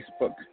Facebook